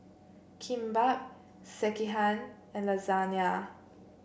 Kimbap Sekihan and Lasagna